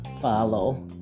follow